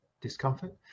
discomfort